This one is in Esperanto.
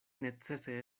necese